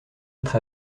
être